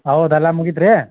ಹೌದಲ್ಲ ಮುಗಿತು ರೀ